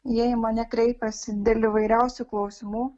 jie į mane kreipiasi dėl įvairiausių klausimų